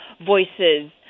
voices